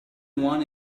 one